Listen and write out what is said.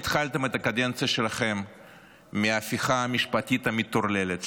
התחלתם את הקדנציה שלכם מההפיכה המשפטית המטורללת,